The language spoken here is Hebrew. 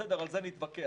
בסדר, על זה נתווכח.